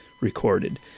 recorded